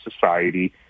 society